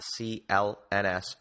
CLNS